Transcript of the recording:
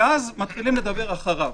ומתחילים לדבר אחריו.